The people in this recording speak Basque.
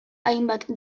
hainbat